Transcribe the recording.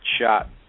shot